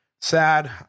sad